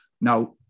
Now